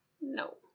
No